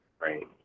Right